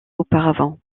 auparavant